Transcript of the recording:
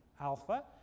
alpha